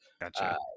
Gotcha